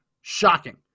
Shocking